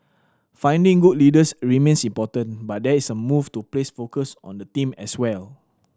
finding good leaders remains important but there is a move to place focus on the team as well